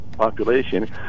population